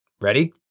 Ready